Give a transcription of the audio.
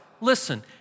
listen